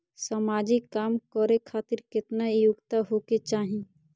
समाजिक काम करें खातिर केतना योग्यता होके चाही?